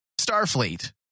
Starfleet